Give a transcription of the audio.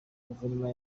guverinoma